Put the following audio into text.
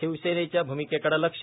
शिवसेनेच्या भूमिकेकडं लक्ष